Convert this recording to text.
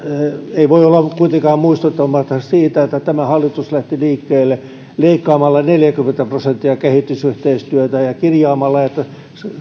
ei voi olla kuitenkaan muistuttamatta siitä että tämä hallitus lähti liikkeelle leikkaamalla neljäkymmentä prosenttia kehitysyhteistyöstä ja kirjaamalla että